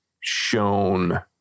shown